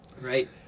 right